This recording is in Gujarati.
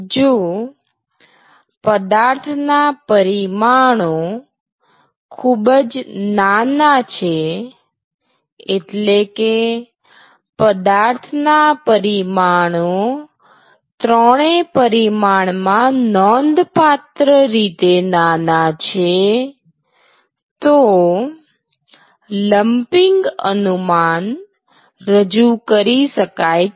જો પદાર્થ ના પરિમાણો ખુબજ નાના છે એટલે કે પદાર્થ ના પરિમાણો ત્રણે પરિમાણમાં નોંધપાત્ર રીતે નાના છે તો લંપિંગ અનુમાન રજુ કરી શકાય છે